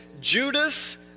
Judas